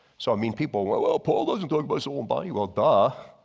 so i mean people will will paul doesn't talk but so and body. well, daah!